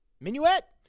Minuet